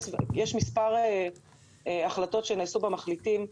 יש מספר החלטות שנעשו במסגרת המחליטים,